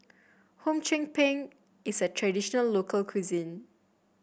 Hum Chim Peng is a traditional local cuisine